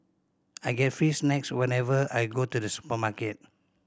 I get free snacks whenever I go to the supermarket